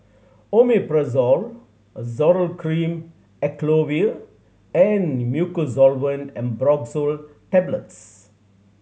Omeprazole Zoral Cream Acyclovir and Mucosolvan Ambroxol Tablets